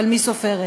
אבל מי סופרת?